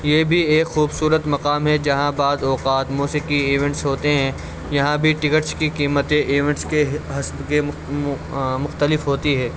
یہ بھی ایک خوبصورت مقام ہے جہاں بعض اوقات موسیقی ایونٹس ہوتے ہیں یہاں بھی ٹکٹس کی قیمتیں ایونٹس کے حسب کے مختلف ہوتی ہے